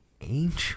angel